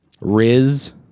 Riz